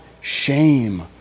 shame